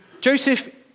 Joseph